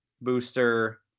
booster